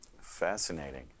Fascinating